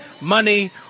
money